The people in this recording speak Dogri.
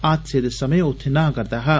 हादसे दे समे ओ उत्थे नाह् करदा हा